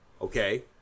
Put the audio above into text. okay